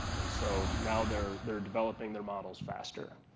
and so now they're they're developing their models mfaster.